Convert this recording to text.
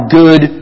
good